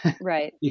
Right